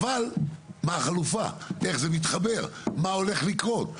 אבל מה החלופה איך זה מתחבר מה הולך לקרות?